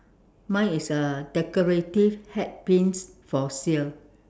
mine is uh decorative hat pins for sale